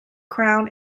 crown